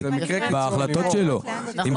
מהותית.